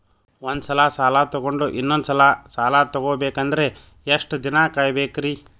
ಒಂದ್ಸಲ ಸಾಲ ತಗೊಂಡು ಇನ್ನೊಂದ್ ಸಲ ಸಾಲ ತಗೊಬೇಕಂದ್ರೆ ಎಷ್ಟ್ ದಿನ ಕಾಯ್ಬೇಕ್ರಿ?